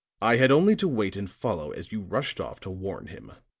i had only to wait and follow as you rushed off to warn him.